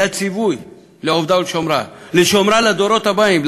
זה הציווי: "לעבדה ולשמרה", לשומרה לדורות הבאים.